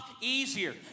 easier